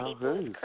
Okay